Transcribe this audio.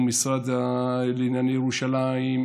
המשרד לענייני ירושלים,